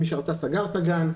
מי שרצה סגר את הגן.